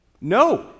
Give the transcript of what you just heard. No